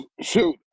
Shoot